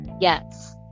yes